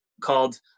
called